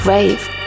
Rave